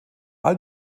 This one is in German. all